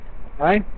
Hi